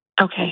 Okay